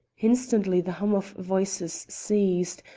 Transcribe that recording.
instantly the hum of voices ceased,